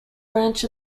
branch